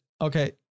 okay